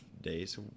days